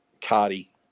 Cardi